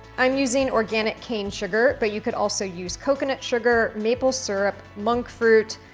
i'm using organic cane sugar, but you could also use coconut sugar, maple syrup, monk fruit,